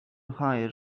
hire